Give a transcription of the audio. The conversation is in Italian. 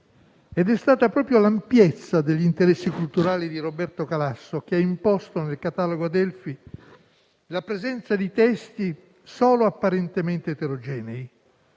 Ed è stata proprio l'ampiezza degli interessi culturali di Roberto Calasso che ha imposto nel catalogo Adelphi la presenza di testi solo apparentemente eterogenei: